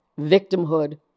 victimhood